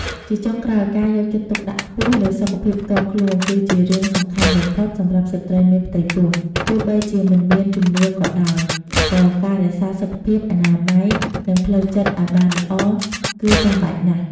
ជាចុងក្រោយ ការយកចិត្តទុកដាក់ខ្ពស់លើសុខភាពផ្ទាល់ខ្លួន គឺជារឿងសំខាន់បំផុតសម្រាប់ស្ត្រីមានផ្ទៃពោះ ទោះបីជាមិនមានជំនឿក៏ដោយ ក៏ការរក្សាសុខភាព អនាម័យ និងផ្លូវចិត្តឲ្យបានល្អ គឺចាំបាច់ណាស់។